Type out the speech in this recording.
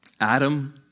Adam